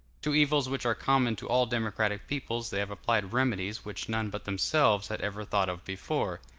to evils which are common to all democratic peoples they have applied remedies which none but themselves had ever thought of before